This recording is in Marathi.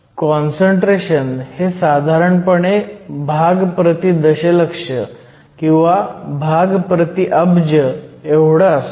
काँसंट्रेशन हे साधारणपणे भाग प्रति दशलक्ष किंवा भाग प्रति अब्ज एवढं असतं